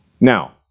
Now